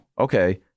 Okay